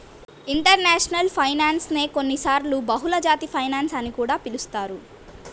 international finance నే కొన్నిసార్లు బహుళజాతి ఫైనాన్స్ అని కూడా పిలుస్తారు